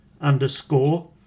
underscore